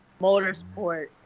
motorsport